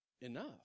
enough